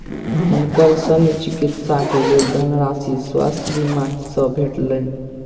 हुनकर शल्य चिकित्सा के लेल धनराशि स्वास्थ्य बीमा से भेटलैन